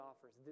offers